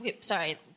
sorry